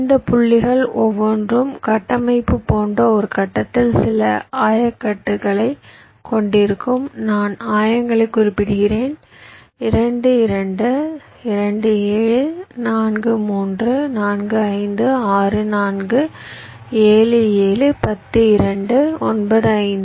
இந்த புள்ளிகள் ஒவ்வொன்றும் கட்டமைப்பு போன்ற ஒரு கட்டத்தில் சில ஆயக்கட்டுகளைக் கொண்டிருக்கும் நான் ஆயங்களை குறிப்பிடுகிறேன் 2 2 2 7 4 3 4 5 6 4 7 7 10 2 9 5